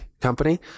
company